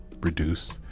reduce